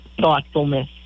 thoughtfulness